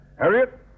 Harriet